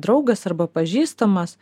draugas arba pažįstamas